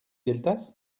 gueltas